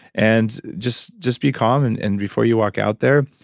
and just just be calm and and before you walk out there,